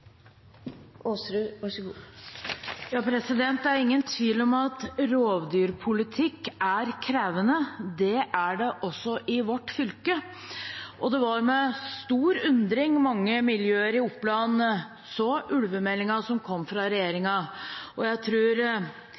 som skaper så mange utfordringer som den faktisk gjør. Det er ingen tvil om at rovdyrpolitikk er krevende. Det er det også i vårt fylke, og det var med stor undring mange miljøer i Oppland så ulvemeldingen som kom